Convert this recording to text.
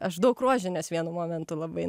aš daug rožinės vienu momentu labai